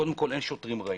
קודם כל, אין שוטרים רעים.